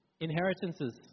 Inheritances